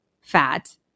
fat